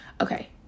Okay